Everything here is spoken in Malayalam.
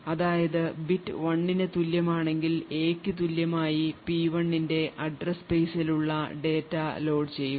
അതായത് ബിറ്റ് 1 ന് തുല്യമാണെങ്കിൽ A ക്കു തുല്യമായി P1 ന്റെ address space ൽ ഉള്ള ഡാറ്റ ലോഡ് ചെയ്യുക